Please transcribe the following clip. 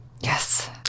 Yes